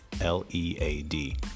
L-E-A-D